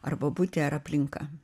ar bobutė ar aplinka